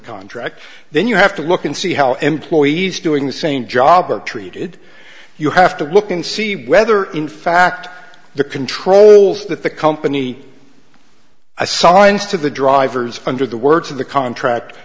contract then you have to look and see how employees doing the same job are treated you have to look and see whether in fact the controls that the company i saw mines to the drivers under the words of the contract